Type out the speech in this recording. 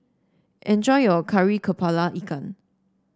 enjoy your Kari kepala Ikan